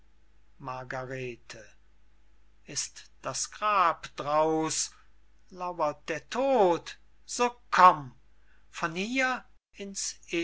margarete ist das grab drauß lauert der tod so komm von hier in's